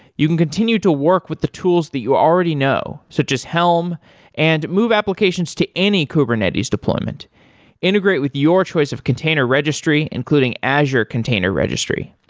you can continue to work with the tools that you already know, so just helm and move applications to any kubernetes deployment integrate with your choice of container registry, including azure container registry.